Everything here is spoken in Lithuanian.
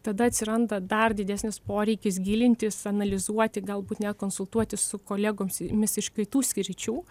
tada atsiranda dar didesnis poreikis gilintis analizuoti galbūt net konsultuotis su kolegomis iš kitų sričių